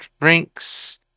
drinks